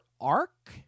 arc